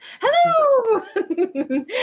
Hello